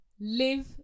live